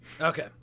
Okay